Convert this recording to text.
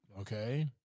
Okay